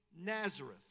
Nazareth